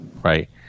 Right